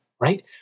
right